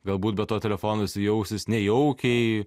galbūt be to telefono jisai jausis nejaukiai